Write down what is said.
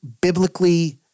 biblically